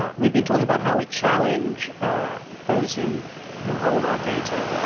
um we've been talking about how we challenge those who who hold our data.